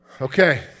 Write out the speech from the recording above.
Okay